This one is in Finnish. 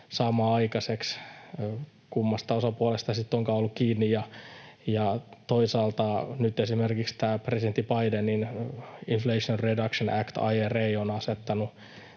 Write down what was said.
saamaan aikaiseksi, kummasta osapuolesta sitten onkaan ollut kiinni. Toisaalta nyt esimerkiksi tämä presidentti Bidenin Inflation Reduction Act, IRA, on asettanut